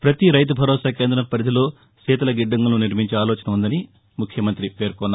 ప్రతి రైతు భరోసా కేందం పరిధిలో శీతల గిడ్డంగులను నిర్మించే ఆలోచన ఉందని ముఖ్యమంతి పేర్కొన్నారు